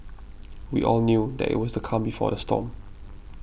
we all knew that it was the calm before the storm